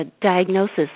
diagnosis